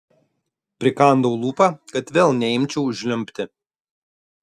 prikandau lūpą kad vėl neimčiau žliumbti